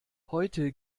heute